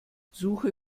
suche